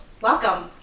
Welcome